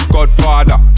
Godfather